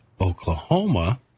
Oklahoma